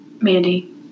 Mandy